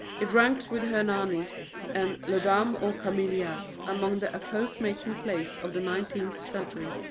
it ranks with hernani and la dame aux camelias among the epoch-making plays of the nineteenth century,